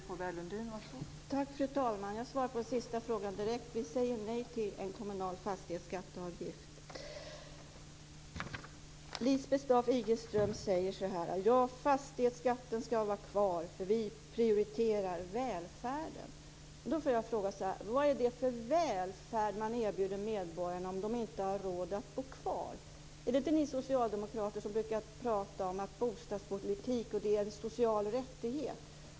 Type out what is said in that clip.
Fru talman! Jag svarar på den sista frågan direkt: Vi säger nej till en kommunal fastighetsskatteavgift. Lisbeth Staaf-Igelström säger så här: Fastighetsskatten ska vara kvar, för vi prioriterar välfärden. Då får jag fråga: Vad är det för välfärd man erbjuder medborgarna om de inte har råd att bo kvar? Är det inte ni socialdemokrater som brukar prata om bostadspolitik och att det är en social rättighet?